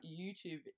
YouTube